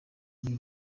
muri